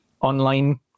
online